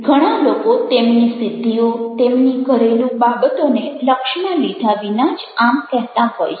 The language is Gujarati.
ઘણા લોકો તેમની સિદ્ધિઓ તેમની ઘરેલૂ બાબતોને લક્ષમાં લીધા વિના જ આમ કહેતા હોય છે